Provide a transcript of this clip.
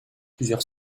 plusieurs